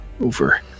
over